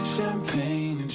Champagne